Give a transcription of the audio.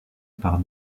par